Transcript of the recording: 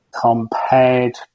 compared